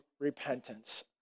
repentance